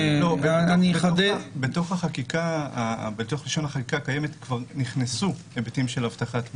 בלשון החקיקה כבר נכנסו היבטים של אבטחת מידע.